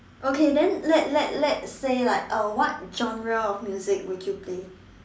okay then let let let's say like uh what genre of music would you play